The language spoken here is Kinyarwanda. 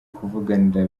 kuvuganira